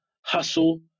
hustle